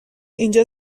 اینجا